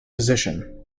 position